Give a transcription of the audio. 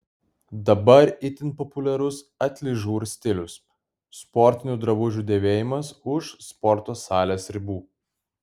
dabar itin populiarus atližur stilius sportinių drabužių dėvėjimas už sporto salės ribų